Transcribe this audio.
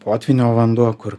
potvynio vanduo kur